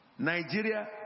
Nigeria